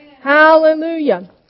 Hallelujah